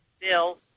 bill